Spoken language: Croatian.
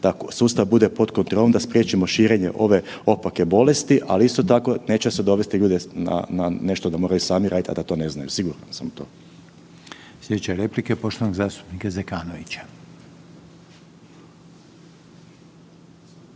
da sustav bude pod kontrolom da spriječimo širenje ove opake bolesti ali isto tako neće se dovesti ljude na nešto da moraju sami raditi, a da to ne znaju, siguran sam u to. **Reiner, Željko (HDZ)** Slijedeća je replika poštovanog zastupnika Zekanovića.